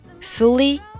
fully